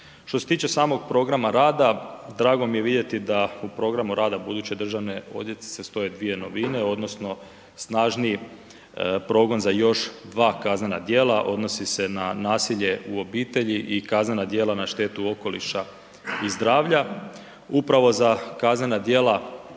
Što se tiče samog programa rada, drago mi je vidjeti da u programu rada buduće državne odvjetnice stoje dvije novine odnosno snažniji progon za još dva kaznena djela, odnosi se na nasilje u obitelji i kaznena djela na štetu okoliša i zdravlja. Upravo za kaznena djela